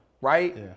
Right